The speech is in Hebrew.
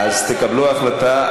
אז תקבלו החלטה.